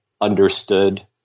understood